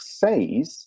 says